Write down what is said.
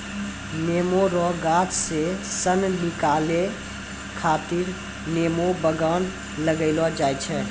नेमो रो गाछ से सन निकालै खातीर नेमो बगान लगैलो जाय छै